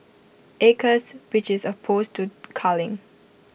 acres which is opposed to culling